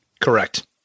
correct